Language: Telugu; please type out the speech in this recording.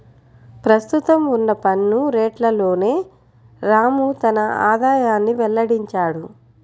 ప్రస్తుతం ఉన్న పన్ను రేట్లలోనే రాము తన ఆదాయాన్ని వెల్లడించాడు